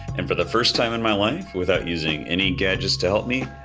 and for the first time in my life, without using any gadgets to help me,